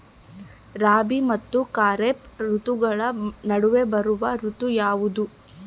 ರಾಬಿ ಮತ್ತು ಖಾರೇಫ್ ಋತುಗಳ ನಡುವೆ ಬರುವ ಋತು ಯಾವುದು?